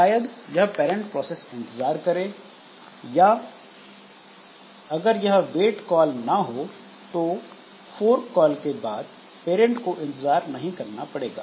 शायद यह parent process इंतजार करे या अगर यह वेट कॉल ना हो तो फोर्क कॉल के बाद पेरेंट को इंतजार नहीं करना पड़ेगा